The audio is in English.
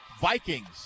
Vikings